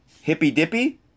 hippy-dippy